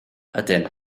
ydyn